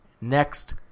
next